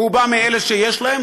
והוא בא מאלה שיש להם,